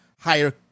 higher